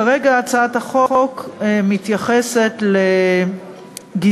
כרגע הצעת החוק מתייחסת ל"גזעו,